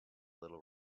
little